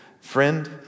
friend